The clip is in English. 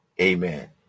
amen